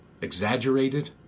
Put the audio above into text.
Exaggerated